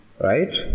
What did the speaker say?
right